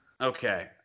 Okay